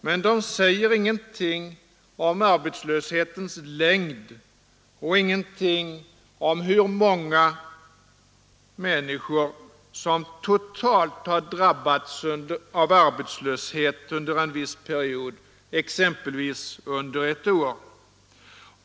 Men de säger ingenting om arbetslöshetens längd och ingenting om hur många människor som totalt har drabbats av arbetslöshet under en viss period, exempelvis under ett år.